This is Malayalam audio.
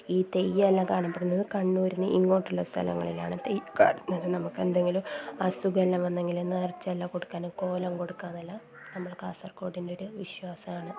ഈ തെയ്യം എല്ലാം കാണപ്പെടുന്നത് കണ്ണൂരിന് ഇങ്ങോട്ടുള്ള സ്ഥലങ്ങളിലാണ് തെയ്യം കാണുന്നത് നമുക്ക് എന്തെങ്കിലും അസുഖം എല്ലാം വന്നെങ്കില് നേർച്ച എല്ലാം കൊടുക്കാന് കോലം കൊടുക്കാനെല്ലാം നമ്മൾ കാസർഗോഡിൻ്റെ ഒരു വിശ്വാസമാണ്